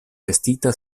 vestita